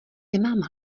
nemám